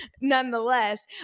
nonetheless